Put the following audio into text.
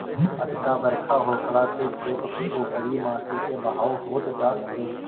अधिका बरखा होखला से खेत के उपरी माटी के बहाव होत जात हवे